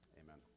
amen